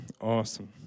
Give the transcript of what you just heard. Awesome